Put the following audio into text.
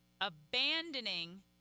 abandoning